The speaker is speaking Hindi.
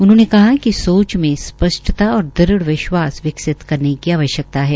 उन्होंने कहा कि सोच में स्पष्टता और दृष्ट विश्वास विकसित करने की आवश्यक्ता है